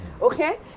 okay